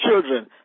children